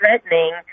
threatening